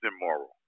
immoral